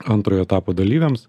antrojo etapo dalyviams